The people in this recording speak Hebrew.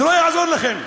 זה לא יעזור לכם.